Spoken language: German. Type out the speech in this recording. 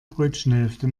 brötchenhälfte